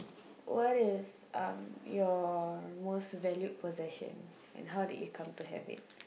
what is uh your most valued possession and how did you come to have it